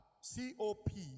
C-O-P